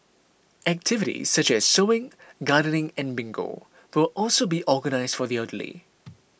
activities such as sewing gardening and bingo will also be organised for the elderly